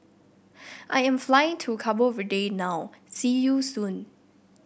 I am flying to Cabo Verde now see you soon